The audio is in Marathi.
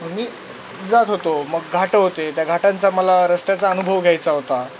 मग मी जात होतो मग घाट होते त्या घाटांचा मला रस्त्याचा अनुभव घ्यायचा होता